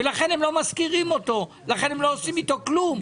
ולכן הם לא משכירים אותו ולא עושים איתו כלום,